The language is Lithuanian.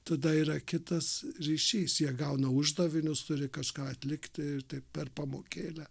tada yra kitas ryšys jie gauna uždavinius turi kažką atlikti tai per pamokėlę